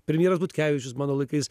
premjeras butkevičius mano laikais